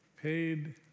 Paid